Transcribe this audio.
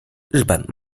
日本